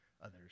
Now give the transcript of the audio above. others